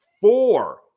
four